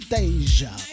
Deja